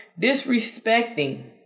disrespecting